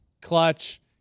clutch